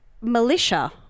militia